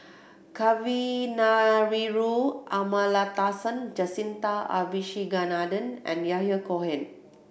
Kavignareru Amallathasan Jacintha Abisheganaden and Yahya Cohen